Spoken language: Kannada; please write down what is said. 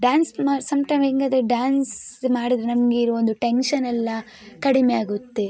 ಡ್ಯಾನ್ಸ್ ಮ ಸಮ್ ಟೈಮ್ ಹೆಂಗಂದ್ರೆ ಡ್ಯಾನ್ಸ್ ಮಾಡಿದರೆ ನಮಗೆ ಇರುವ ಒಂದು ಟೆನ್ಷನ್ ಎಲ್ಲ ಕಡಿಮೆ ಆಗುತ್ತೆ